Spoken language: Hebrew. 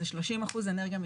זה 30% אנרגיה מתחדשת,